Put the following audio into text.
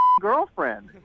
girlfriend